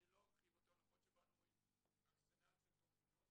אני לא ארחיב אותן למרות שבאנו עם ארסנל של תכניות.